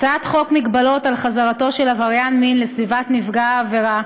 הצעת חוק מגבלות על חזרתו של עבריין מין לסביבת נפגע העבירה,